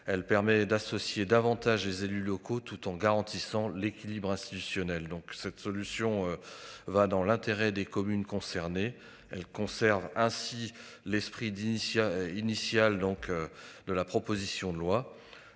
Elle permet d'associer davantage les élus locaux tout en garantissant l'équilibre institutionnel. Donc cette solution. Va dans l'intérêt des communes concernées. Elle conserve ainsi l'esprit d'initia initial donc de la proposition de loi